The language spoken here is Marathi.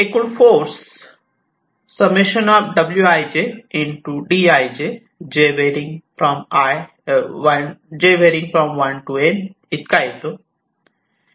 पोस्ट एकूण फोर्स इतका येतो